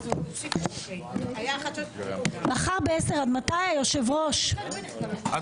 הישיבה ננעלה בשעה 11:00.